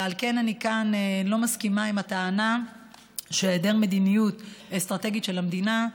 ועל כן אני כאן לא מסכימה לטענה של היעדר מדיניות אסטרטגית של המדינה,